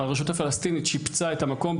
הרשות הפלסטינית שיפצה את המקום,